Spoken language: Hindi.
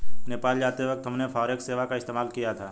नेपाल जाते वक्त हमने फॉरेक्स सेवा का इस्तेमाल किया था